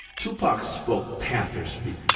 tupac spoke. pather speak.